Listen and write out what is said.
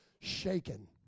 shaken